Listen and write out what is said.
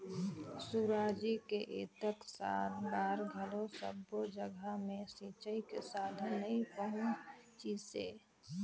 सुराजी के अतेक साल बार घलो सब्बो जघा मे सिंचई के साधन नइ पहुंचिसे